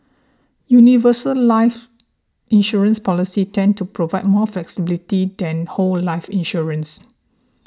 universal life insurance policies tend to provide more flexibility than whole life insurance